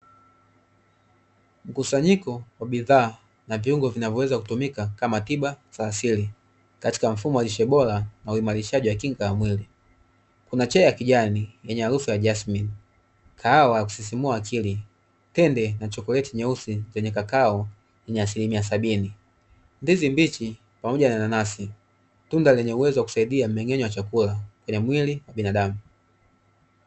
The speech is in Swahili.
Mkusanyiko wa bidhaa na viungo vinavyoweza kutumika kama tiba za asili, katika mfumo wa lishe bora na uimarishaji wa kinga ya mwili. Kuna chai ya kijani yenye harufu ya jasmini, kahawa ya kusisimua akili, tende na chokoleti nyeusi yenye kakau yenye asilimia sabini, ndizi mbichi pamoja na nanasi, tunda lenye uwezo wa kusaidia mmeng'enyo wa chakula, kwenye mwili wa binadamu.